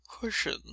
cushion